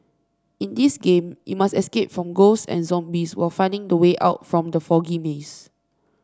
in this game you must escape from ghosts and zombies while finding the way out from the foggy maze